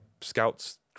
scouts